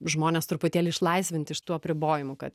žmonės truputėlį išlaisvint iš tų apribojimų kad